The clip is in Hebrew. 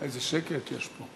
איזה שקט יש פה.